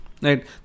Right